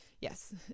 Yes